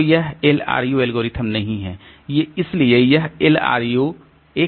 तो यह LRU algorithm नहीं है इसलिए यह LRU का एक अनुमान है